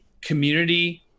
community